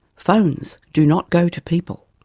phones do not go to people.